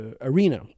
arena